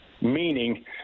meaning